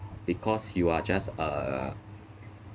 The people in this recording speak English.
because you are just a